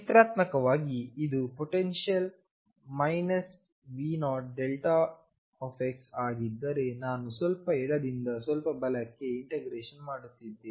ಚಿತ್ರಾತ್ಮಕವಾಗಿ ಇದು ಪೊಟೆನ್ಶಿಯಲ್ V0δಆಗಿದ್ದರೆ ನಾನು ಸ್ವಲ್ಪ ಎಡದಿಂದ ಸ್ವಲ್ಪ ಬಲಕ್ಕೆ ಇಂಟಿಗ್ರೇಶನ್ ಮಾಡುತ್ತಿದ್ದೇನೆ